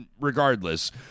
Regardless